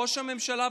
ראש הממשלה,